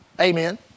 Amen